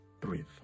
Breathe